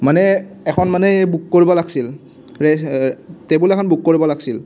মানে এখন মানে বুক কৰিব লাগিছিল টেবুল এখন বুক কৰিব লাগিছিল